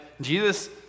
Jesus